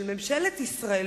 של ממשלת ישראל,